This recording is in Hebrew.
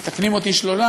מתקנים אותי, שלוש.